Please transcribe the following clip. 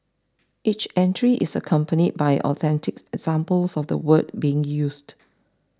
each entry is accompanied by authentic examples of the word being used